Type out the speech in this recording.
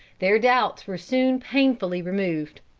their doubts were soon painfully removed.